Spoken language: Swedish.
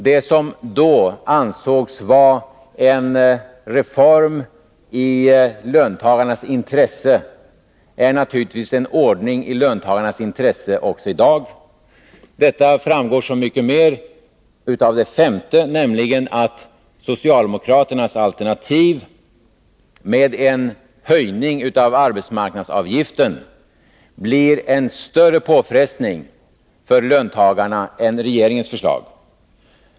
Det ansågs då vara en reform i löntagarnas intresse, och den ordningen är i löntagarnas intresse också i dag. Detta framgår så mycket mer av det femte, nämligen att socialdemokraternas alternativ med en höjning av arbetsmarknadsavgiften blir en större påfrestning för löntagarna än regeringsförslaget.